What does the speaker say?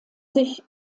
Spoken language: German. sich